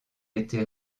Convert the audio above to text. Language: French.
été